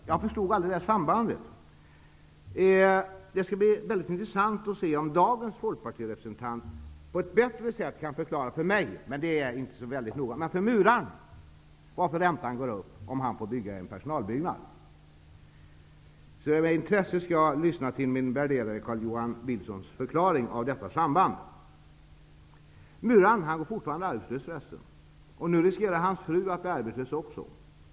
Jag förstod aldrig det sambandet. Det skall bli intressant att höra om dagens folkpartirepresent på ett bättre sätt kan förklara för mig, även om det inte är så väldigt viktigt för mig men för muraren, varför räntan går upp om han får bygga en personalbyggnad. Med intresse skall jag lyssna till min värderade kollegas Carl-Johan Wilsons förklaring till detta samband. Muraren är fortfarande arbetslös förresten. Nu riskerar hans fru att också bli arbetslös.